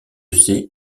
ses